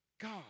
God